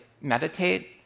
meditate